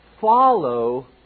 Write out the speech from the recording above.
follow